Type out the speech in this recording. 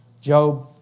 Job